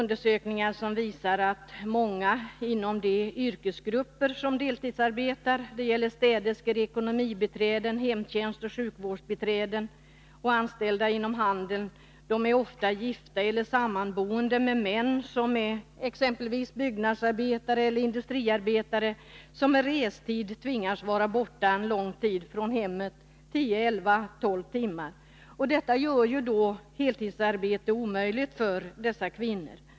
Undersökningar visar att många kvinnor inom de yrkesgrupper som deltidsarbetar — det gäller städerskor, ekonomibiträden, hemtjänstoch sjukvårdsbiträden samt anställda inom handeln — ofta är gifta eller sammanboende med t.ex. byggnadsarbetare eller industriarbetare, som med restid tvingas vara borta lång tid från hemmet — 10-12 timmar — vilket gör heltidsarbete omöjligt för dessa kvinnor.